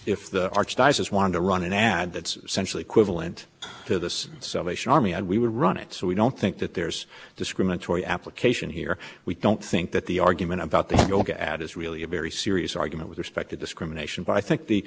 if the archdiocese wanted to run an ad that's centrally equivalent to this social army and we would run it so we don't think that there's discriminatory application here we don't think that the argument about this you look at is really a very serious argument with respect to discrimination but i think the